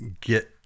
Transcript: get